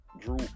drew